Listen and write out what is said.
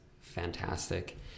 fantastic